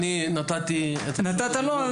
אני נתתי את זכות הדיבור --- נתת לו?